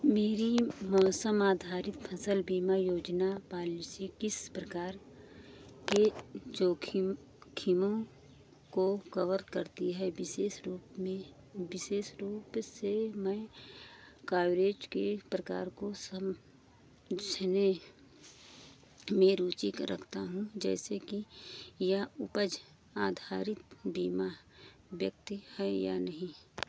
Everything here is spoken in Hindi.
मेरी मौसम आधारित फसल बीमा योजना पॉलिसी किस प्रकार के जोखिम खिमों को कवर करती है विशेष रूप में विशेष रूप से मैं कवरेज के प्रकार को समझने में रुचि रखता हूँ जैसे कि यह उपज आधारित बीमा व्यक्ति है या नहीं